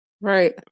Right